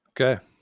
Okay